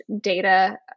data